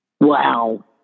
Wow